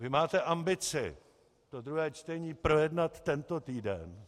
Vy máte ambici to druhé čtení projednat tento týden.